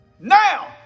now